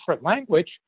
language